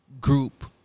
group